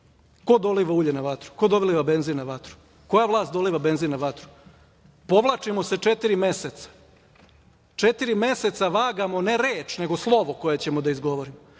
doliva ulje na vatru? Ko doliva benzin na vatru? Koja vlast doliva benzin na vatru? Povlačimo se četiri meseca. Četiri meseca vagamo ne reč, nego slovo koje ćemo da izgovorimo.